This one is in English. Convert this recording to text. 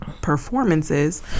performances